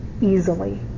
easily